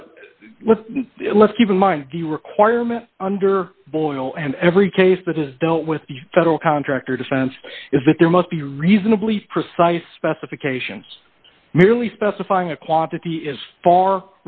but let's keep in mind the requirement under boil and every case that is dealt with the federal contractor defense is that there must be reasonably precise specifications merely specifying a quantity is far